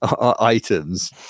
items